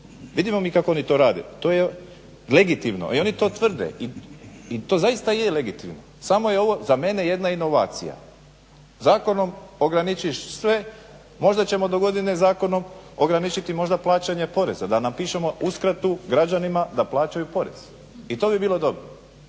Vidimo mi kako oni to rade, to je legitimno i oni to tvrde i to zaista je legitimno samo je ovo za mene jedna inovacija. Zakonom ograničiš sve, možda ćemo dogodine zakonom ograničiti možda plaćanje poreza. Da napišemo uskratu građanima da plaćaju porez. I to bi bilo dobro,